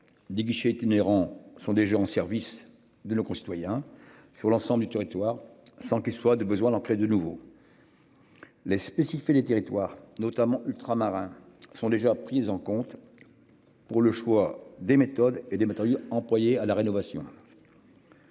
des guichets itinérants sont déjà en service de nos concitoyens sur l'ensemble du territoire, sans qu'il soit de besoin d'en créer de nouveaux. Les spécif, les territoires notamment ultramarins sont déjà prises en compte. Pour le choix des méthodes et des matériaux employés à la rénovation.